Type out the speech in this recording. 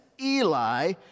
eli